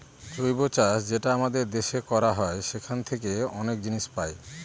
জৈব চাষ যেটা আমাদের দেশে করা হয় সেখান থাকে অনেক জিনিস পাই